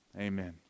Amen